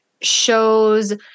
shows